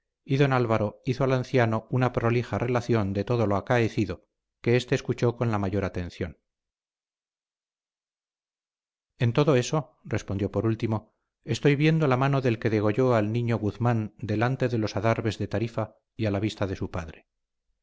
don álvaro hizo al anciano una prolija relación de todo lo acaecido que éste escuchó con la mayor atención en todo eso respondió por último estoy viendo la mano del que degolló al niño guzmán delante de los adarves de tarifa y a la vista de su padre